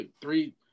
three